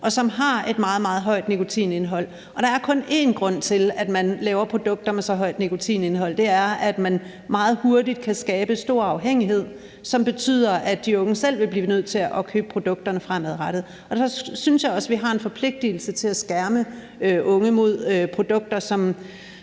og som har et meget, meget højt nikotinindhold. Der er kun en grund til, at man laver produkter med så højt et nikotinindhold, og det er, at man meget hurtigt kan skabe stor afhængighed, som betyder, at de unge selv vil blive nødt til at købe produkterne fremadrettet. Så synes jeg også, vi har en forpligtelse til at skærme unge mod produkter,